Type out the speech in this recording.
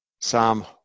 Psalm